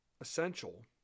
essential